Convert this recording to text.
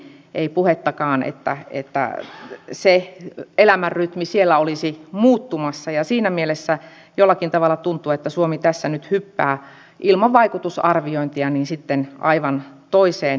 ei puhettakaan että se elämänrytmi siellä olisi muuttumassa ja siinä mielessä jollakin tavalla tuntuu että suomi tässä nyt hyppää ilman vaikutusarviointia sitten aivan toiseen ääripäähän